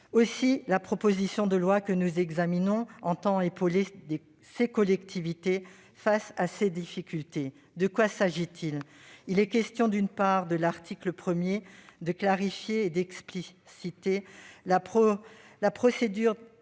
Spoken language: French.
Aussi, la proposition de loi que nous examinons entend épauler ces collectivités face à ces difficultés. Il est question, d'une part, à l'article 1, de clarifier et d'expliciter la procédure applicable